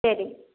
சரி